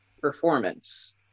performance